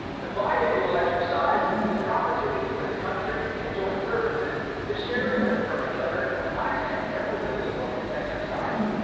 the bi-annual exercise is an opportunity for the countries and joint services to share and learn from each other in a high end air mobility focused exercise.